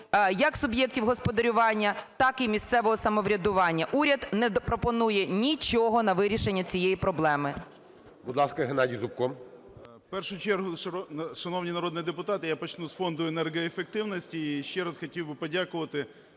як суб'єктів господарювання, так і місцевого самоврядування. Уряд не пропонує нічого на вирішення цієї проблеми.